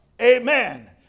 amen